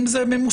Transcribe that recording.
אם זה ממוסמך,